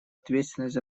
ответственность